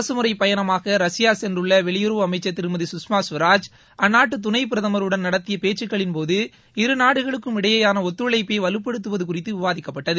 அரசுமுறை பயணமாக ரஷ்யா சென்றுள்ள வெளியுறவு அமைச்சா் திருமதி சுஷ்மா ஸ்வராஜ் அந்நாட்டு துணை பிரதமருடன் நடத்திய பேச்சுக்களின் போது இரு நாடுகளுக்கும் இடையேயான ஒத்துழைப்பை வலுப்படுத்துவது குறித்து விவாதிக்கப்பட்டது